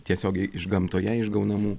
tiesiogiai iš gamtoje išgaunamų